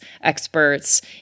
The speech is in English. experts